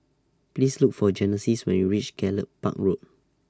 Please Look For Genesis when YOU REACH Gallop Park Road